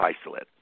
isolate